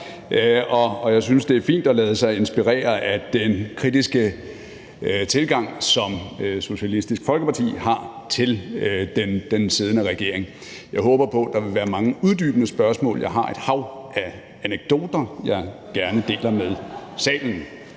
Og jeg synes, det er fint at lade sig inspirere af den kritiske tilgang, som Socialistisk Folkeparti har til den siddende regering. Jeg håber på, at der vil være mange uddybende spørgsmål. Jeg har et hav af anekdoter, jeg gerne deler med salen.